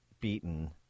beaten